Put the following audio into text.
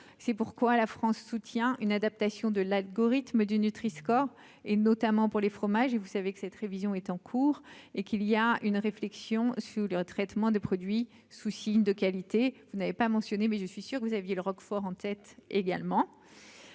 c'est pourquoi la France soutient une adaptation de l'algorithme du Nutri score et notamment pour les fromages, et vous savez que cette révision est en cours et qu'il y a une réflexion sur le traitement des produits sous signe de qualité, vous n'avez pas mentionné, mais je suis sûr que vous aviez le roquefort en tête également,